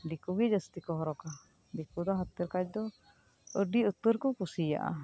ᱫᱮᱠᱳ ᱜᱮ ᱡᱟᱹᱥᱛᱤ ᱠᱚ ᱦᱚᱨᱚᱜᱟ ᱫᱮᱠᱳ ᱫᱚ ᱦᱟᱛᱮᱨ ᱠᱟᱡᱽ ᱫᱚ ᱟᱹᱰᱤ ᱩᱛᱟᱹᱨ ᱠᱚ ᱠᱩᱥᱤᱭᱟᱜᱼᱟ